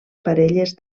parelles